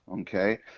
Okay